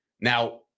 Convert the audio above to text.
Now